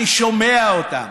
אני שומע אותם.